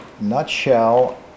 nutshell